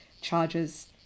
charges